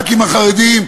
חברי הכנסת החרדים,